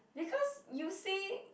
because you say